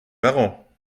marrant